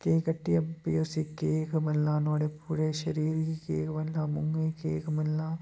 cake कट्टियै फ्ही उसी केक मलना नुआढ़े पूरे शरीर गी केक मलना मुहें गी केक मलना